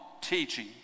teaching